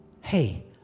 Hey